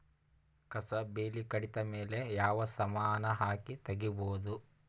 ಕಸಾ ಬೇಲಿ ಕಡಿತ ಮೇಲೆ ಯಾವ ಸಮಾನ ಹಾಕಿ ತಗಿಬೊದ?